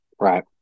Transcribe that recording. right